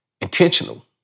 intentional